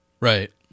Right